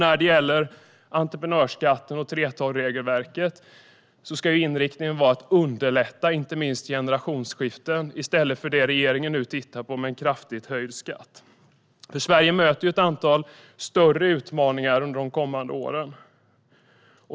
När det gäller entreprenörskatter och 3:12-regelverket ska inriktningen vara att underlätta inte minst generationsskiften i stället för det som regeringen nu tittar på, nämligen en kraftigt höjd skatt. Sverige möter ett antal större utmaningar under de kommande åren.